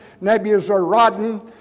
Nebuchadnezzar